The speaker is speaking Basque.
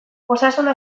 osasuna